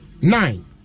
nine